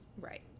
Right